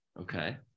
Okay